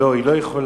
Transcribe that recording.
לא, היא לא יכולה.